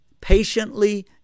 Patiently